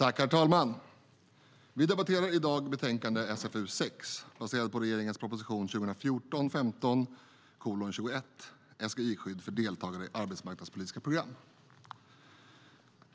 Herr talman! Vi debatterar i dag betänkande SfU6, baserat på regeringens proposition 2014/15:21 SGI-skydd för deltagare i arbetsmarknads politiska program .